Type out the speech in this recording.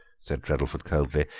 said treddleford coldly,